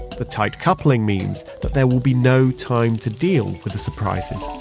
the tight coupling means that there will be no time to deal with the surprises.